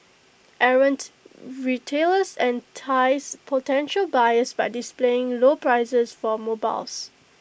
errant retailers entice potential buyers by displaying low prices for mobiles